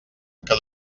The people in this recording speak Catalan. que